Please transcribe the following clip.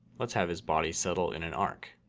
let's have his body settle in an arc.